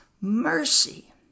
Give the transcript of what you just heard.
mercy